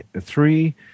three